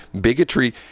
bigotry